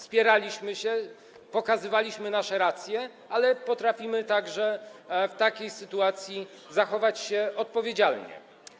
Spieraliśmy się, pokazywaliśmy nasze racje, ale potrafimy także w takiej sytuacji zachować się odpowiedzialnie.